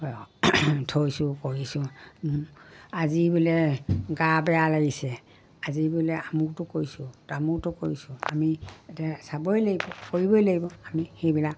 থৈছোঁ কৰিছোঁ আজি বোলে গা বেয়া লাগিছে আজি বোলে আমুকতো কৰিছোঁ তামোটো কৰিছোঁ আমি এতিয়া চাবই লাগিব কৰিবই লাগিব আমি সেইবিলাক